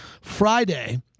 Friday